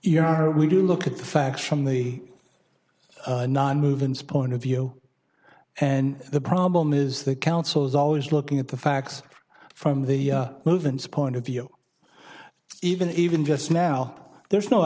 honor we do look at the facts from the movement's point of view and the problem is the council's always looking at the facts from the movements point of view even even just now there's no